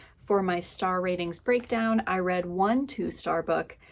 for my star ratings breakdown, i read one two star book,